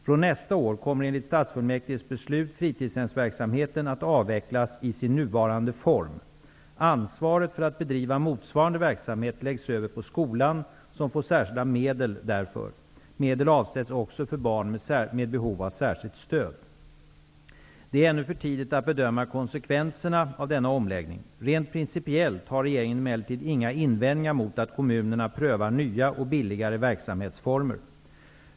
Från nästa år kommer enligt stadsfullmäktiges beslut fritidshemsverksamheten att avvecklas i sin nuvarande form. Ansvaret för att bedriva motsvarande verksamhet läggs över på skolan som får särskilda medel därför. Medel avsätts också för barn med behov av särskilt stöd. Det är ännu för tidigt att bedöma konsekvenserna av denna omläggning. Rent principiellt har regeringen emellertid inga invändningar mot att kommunerna prövar nya och billigare verksamhetsformer.